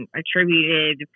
attributed